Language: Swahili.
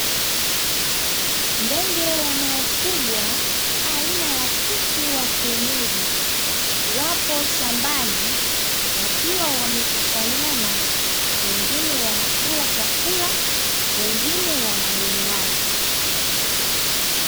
Ndege wanaofungwa aina ya kuku wa kienyeji wapo shambani wakiwa wamekusanyana, wengine wanakula chakula, wengine wanadonoana.